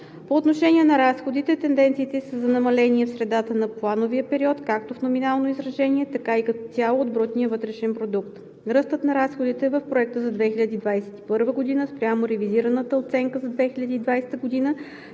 По отношение на разходите тенденциите са за намаление в средата на плановия период както в номинално изражение, така и като дял от БВП. Ръстът на разходите в проекта за 2021 г. спрямо ревизираната оценка за 2020 г.